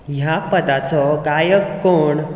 हे पदाचो गायक कोण